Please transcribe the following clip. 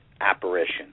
apparition